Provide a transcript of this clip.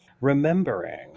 remembering